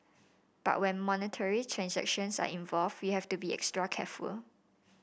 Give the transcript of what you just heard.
but when monetary transactions are involve you have to be extra careful